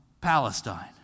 Palestine